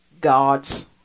God's